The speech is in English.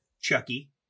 Chucky